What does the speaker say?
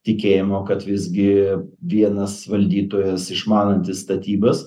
tikėjimo kad visgi vienas valdytojas išmanantis statybas